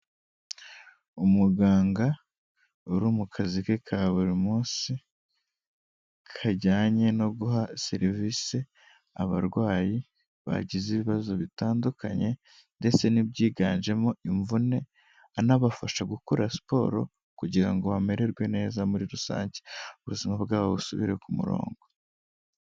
Umuganga uri mu kazi ke ka buri munsi kajyanye no guha serivise abarwayi bagize ibibazo bitandukanye ndetse n'ibyiganjemo imvune, anabafasha gukora siporo kugira ngo bamererwe neza muri rusange, ubuzima bwabo busubire ku murongo.